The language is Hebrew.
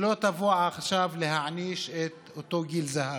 שלא תבוא עכשיו להעניש את אותו גיל זהב,